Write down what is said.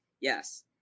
yes